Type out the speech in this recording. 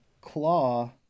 claw